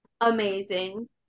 amazing